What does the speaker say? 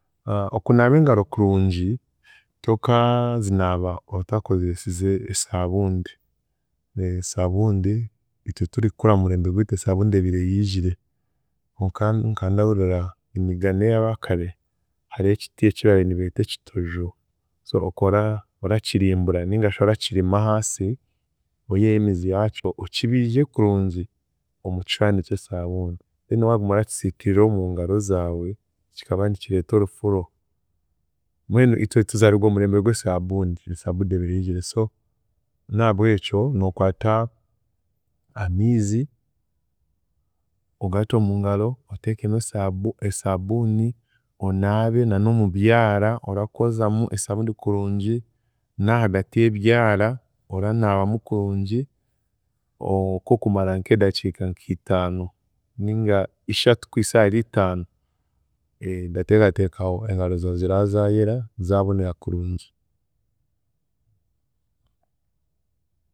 Okunaaba engaro kurungi, tokaazinaaba otakozeesize esaabundi. Esaabundi itwe turikukura aha murembe gwitu esaabundi ebiire yiijire konka nkandahurira emigane y'abaakare, hariho ekiti ekibaabiire nibeeta ekitojo so okora orakirimbura ningashi orakirima ahansi oihayo emizi yaakyo, okibiije kurungi omu kishwani ky'esaabundi then waaguma orakisitirira omungaro zaawe, kikaba nikireeta orufuro, mbwenu itwe tuzaarigwe omu murembe gw'esaabuuni, esaabuuni ebiire yiijire so n'ahabw'ekyo, nookwata amiizi, ogate omugaro, oteekemu esaabu esaabuuni onaabe na n'omubyara orakozamu esaabundi kurungi n'ahaagati y'ebyara oranaabamu kurungi nk'okumara nk'edaakiika nk'itaano ninga ishatu kuhisa ahari itaano, ndateekateeka aho engaro zaawe ziraba zaayera zaabonera kurungi.